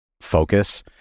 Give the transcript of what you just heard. focus